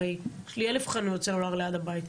הרי יש לי אלף חנויות סלולר ליד הבית.